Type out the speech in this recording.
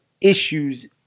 issues